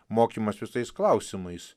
mokymas visais klausimais